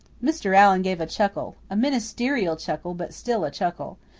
mr. allan gave a chuckle a ministerial chuckle, but still a chuckle.